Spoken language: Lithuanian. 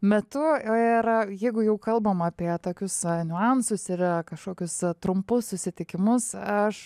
metu ir jeigu jau kalbam apie tokius niuansus ir kažkokius trumpus susitikimus aš